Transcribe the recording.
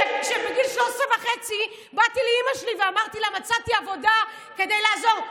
שבגיל 13 וחצי באתי לאימא שלי ואמרתי לה: מצאתי עבודה כדי לעזור,